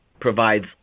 provides